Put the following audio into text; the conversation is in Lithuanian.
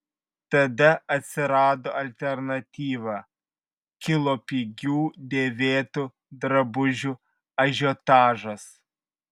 tada atsirado alternatyva kilo pigių dėvėtų drabužių ažiotažas